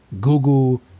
Google